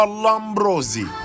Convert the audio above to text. lambrosi